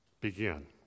begin